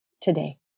today